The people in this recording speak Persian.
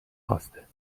خواسته